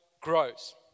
grows